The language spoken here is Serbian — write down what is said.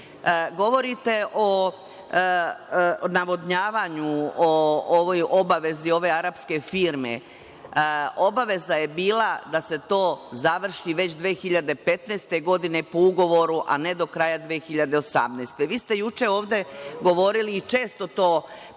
Srbije. Govorite o navodnjavanju, o ovoj obavezi ove arapske firme. Obaveza je bila da se to završi već 2015. godine po ugovoru, a ne do kraja 2018. godine. Vi ste juče ovde govorili i često to pominjete